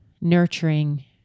nurturing